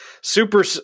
Super